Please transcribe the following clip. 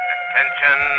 Attention